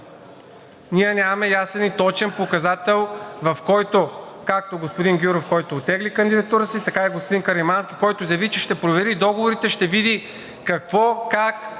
ние нямаме ясен и точен показател, в който както господин Гюров, който оттегли кандидатурата си, така и господин Каримански, който заяви, че ще провери договорите, ще види какво, как